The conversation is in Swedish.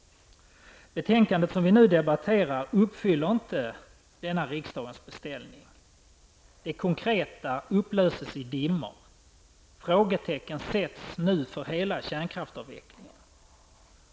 Det betänkande vi nu debatterar uppfyller inte denna riksdagens beställning. Det konkreta upplöses i dimmor. Frågetecken sätts för hela kärnkraftsavvecklingen.